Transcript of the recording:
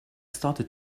started